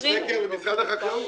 יש סקר במשרד החקלאות.